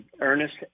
Ernest